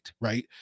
Right